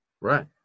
Right